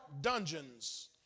dungeons